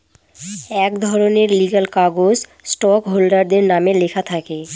এক ধরনের লিগ্যাল কাগজ স্টক হোল্ডারদের নামে লেখা থাকে